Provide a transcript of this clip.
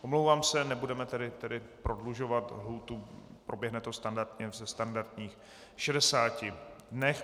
Omlouvám se, nebudeme tedy prodlužovat lhůtu, proběhne to standardně ve standardních 60 dnech.